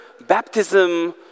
baptism